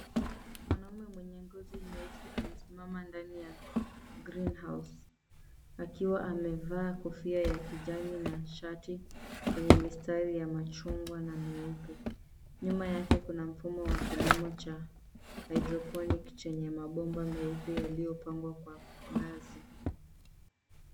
Mwanamume mwenye ngozi nyeusi amesimama ndani ya greenhouse akiwa amevaa kofia ya kijani na shati yenye mistari ya machungwa na meupe. Nyuma yake kuna mfumo wa kilimo cha hydroponic chenye mabomba meupe yaliyopangwa kwa ngazi.